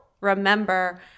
remember